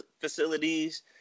facilities